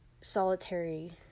solitary